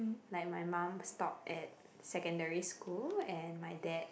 like my mum stopped at secondary school and my dad